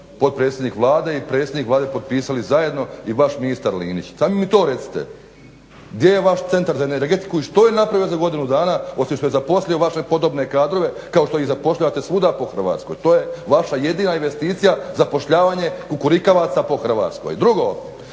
potpredsjednik Vlade i predsjednik Vlade potpisali zajedno i vaš ministar Linić. Samo mi to recite. Gdje je vaš Centar za energetiku i što je napravio za godinu dana, osim što je zaposlio vaše podobne kadrove kao što ih zapošljavate svuda po Hrvatskoj. to je vaša jedina investicija, zapošljavanje kukurikavaca po Hrvatskoj. Drugo,